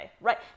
right